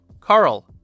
Carl